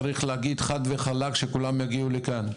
צריך להגיד חד וחלק שכולם יגיעו לכאן,